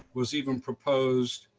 was even proposed,